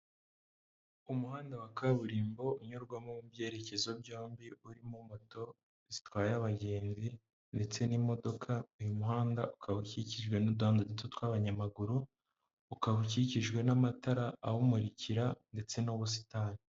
Umuhanda wa kaburimbo unyurwamo mu byerekezo byombi, urimo moto zitwaye abagenzi ndetse n'imodoka. Uyu muhanda ukaba ukikijwe n'uduhanda duto tw'abanyamaguru, ukaba ukikijwe n'amatara awumurikira ndetse n'ubusitani.